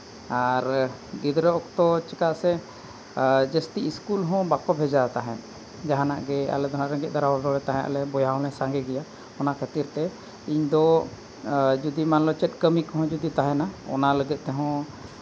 ᱟᱨ ᱜᱤᱫᱽᱨᱟᱹ ᱚᱠᱛᱚ ᱪᱤᱠᱟᱹ ᱥᱮ ᱡᱟᱹᱥᱛᱤ ᱥᱠᱩᱞ ᱦᱚᱸ ᱵᱟᱠᱚ ᱵᱷᱮᱡᱟ ᱛᱟᱦᱮᱸᱫ ᱡᱟᱦᱟᱱᱟᱜ ᱜᱮ ᱟᱞᱮ ᱫᱚ ᱦᱟᱸᱜ ᱨᱮᱸᱜᱮᱡ ᱦᱚᱲ ᱛᱟᱦᱮᱸᱫ ᱞᱮ ᱵᱚᱭᱦᱟ ᱦᱚᱸᱞᱮ ᱥᱟᱸᱜᱮ ᱜᱮᱭᱟ ᱚᱱᱟ ᱠᱷᱟᱹᱛᱤᱨ ᱛᱮ ᱤᱧᱫᱚ ᱡᱩᱫᱤ ᱢᱟᱞᱚᱪᱚᱜ ᱠᱟᱹᱢᱤ ᱠᱚᱦᱚᱸ ᱡᱩᱫᱤ ᱛᱟᱦᱮᱱᱟ ᱚᱱᱟ ᱞᱟᱹᱜᱤᱫ ᱛᱮᱦᱚᱸ